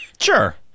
Sure